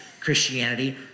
Christianity